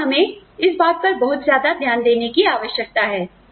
और हमें इस पर बहुत ज्यादा ध्यान देने की आवश्यकता है